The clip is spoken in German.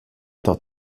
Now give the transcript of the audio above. der